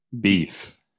beef